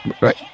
Right